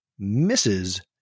Mrs